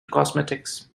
cosmetics